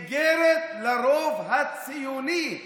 איגרת לרוב הציוני.